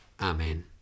Amen